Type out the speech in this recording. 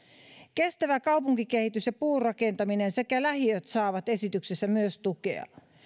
kestävä kaupunkikehitys ja puurakentaminen sekä lähiöt saavat esityksessä myös tukea